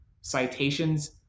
citations